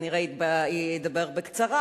כנראה אדבר בקצרה,